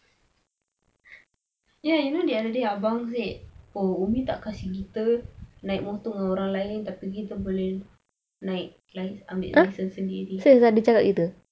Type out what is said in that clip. eh you know the other day abang said oh umi tak kasi kita naik motor orang lain tak pergi tak boleh naik lain ambil license sendiri